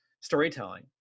storytelling